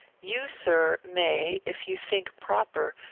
you, sir, may, if you think proper,